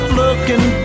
looking